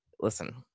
listen